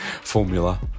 formula